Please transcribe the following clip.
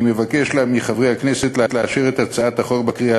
אני מבקש מחברי הכנסת לאשר את הצעת החוק בקריאה